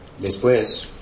después